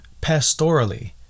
pastorally